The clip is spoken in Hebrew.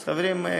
חברים,